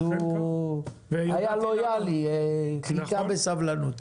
אז הוא היה לויאלי, חיכה בסבלנות.